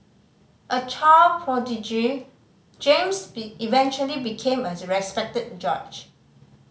a child prodigy James be eventually became a respected judge